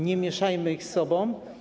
Nie mieszajmy ich ze sobą.